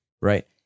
right